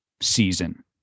season